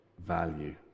value